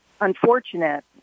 unfortunate